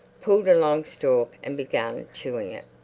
pulled a long stalk and began chewing it.